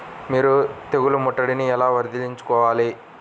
మీరు తెగులు ముట్టడిని ఎలా వదిలించుకోవాలి?